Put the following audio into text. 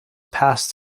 pass